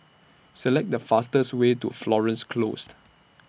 Select The fastest Way to Florence Closed